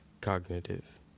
Cognitive